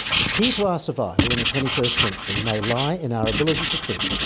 the key to our survival in the twenty first century may lie in our ability to think,